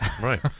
Right